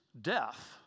death